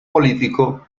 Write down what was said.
político